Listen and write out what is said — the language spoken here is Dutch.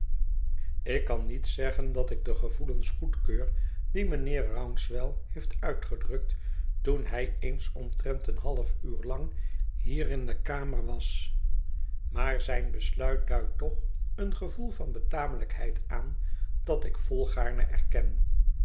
ik kan niet zeggen dat ik de gevoelens goedkeur die mijnheer rouncewell heeft uitgedrukt toen hij eens omtrent een half uur lang hier in de kamer was maar zijn besluit duidt toch een gevoel van betamelijkheid aan dat ik volgaarne erken